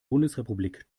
bundesrepublik